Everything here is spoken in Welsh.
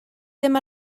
ddim